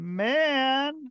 man